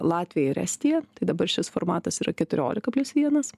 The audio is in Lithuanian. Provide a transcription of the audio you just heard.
latvija ir estija tai dabar šis formatas yra keturiolika plius vienas